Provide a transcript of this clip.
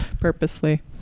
purposely